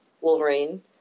Wolverine